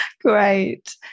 Great